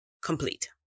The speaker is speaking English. Complete